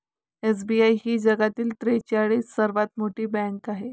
SBI ही जगातील त्रेचाळीस सर्वात मोठी बँक आहे